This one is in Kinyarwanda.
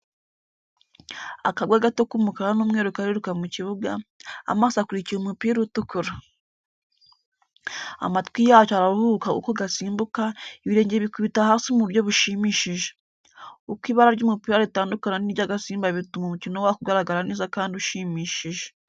Akabwa gato k’umukara n’umweru kariruka mu kibuga, amaso akurikiye umupira utukura. Amatwi yacyo arahuhuka uko gasimbuka, ibirenge bikubita hasi mu buryo bushimishije. Uko ibara ry’umupira ritandukana n’irya gasimba bituma umukino wako ugaragara neza kandi ushimishije.